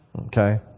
Okay